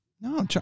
No